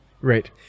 Right